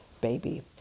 baby